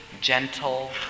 gentle